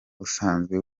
usanzwe